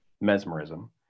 mesmerism